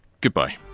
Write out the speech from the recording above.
goodbye